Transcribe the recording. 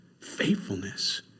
Faithfulness